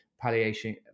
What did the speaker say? palliation